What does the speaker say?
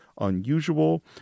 unusual